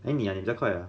eh 你啊你比较快 liao